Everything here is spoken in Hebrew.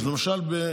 אז למשל,